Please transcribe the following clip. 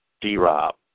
D-Rob